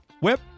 Whip